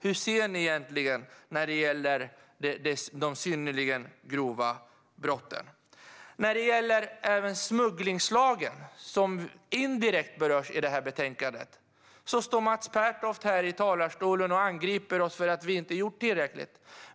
Hur ser ni egentligen på de synnerligen grova brotten? Även när det gäller smugglingslagen, som berörs indirekt i betänkandet, står Mats Pertoft här i talarstolen och angriper oss för att vi inte har gjort tillräckligt.